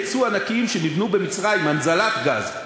מתקני יצוא ענקיים שנבנו במצרים, הנזלת גז,